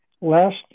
Last